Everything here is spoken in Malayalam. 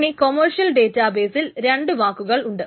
ഇനി കോമേഴ്ഷ്യൽ ഡേറ്റാബെയ്സിൽ രണ്ടു വാക്കുകൾ ഉണ്ട്